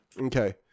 okay